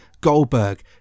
Goldberg